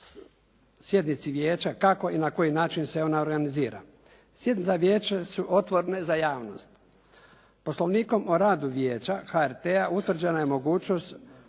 sjednici vijeća, kako i na koji način se ona organizira. Sjednice vijeća su otvorene za javnost. Poslovnikom o radu vijeća HRT-a utvrđena je mogućnost